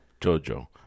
Jojo